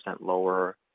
lower